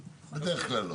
בדרך כלל לא.